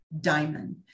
diamond